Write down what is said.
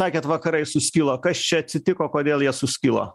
sakėt vakarai suskilo kas čia atsitiko kodėl jie suskilo